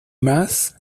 más